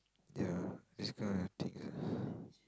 ya these kind of thing ah